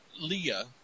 Leah